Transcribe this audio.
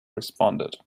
responded